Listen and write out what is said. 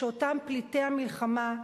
שאותם פליטי המלחמה,